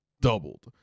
doubled